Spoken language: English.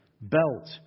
Belt